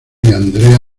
andrea